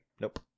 Nope